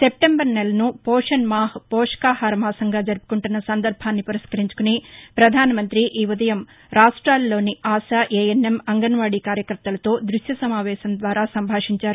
సెప్లెంబరు నెలను పోషణ్ మాహ్ పోషకాహార మాసంగా జరుపుకుంటున్న సందర్బాన్ని పురస్కరించుకుని పధాసమంతి ఈ ఉదయం రాష్ట్రాల్లోని ASHA A N M anganwadi కార్యకర్తలతో దృశ్య సమావేశం ద్వారా సంభాషించారు